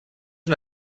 una